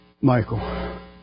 Michael